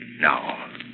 Now